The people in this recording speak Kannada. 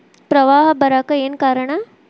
ಪ್ರವಾಹ ಬರಾಕ್ ಏನ್ ಕಾರಣ?